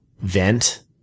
vent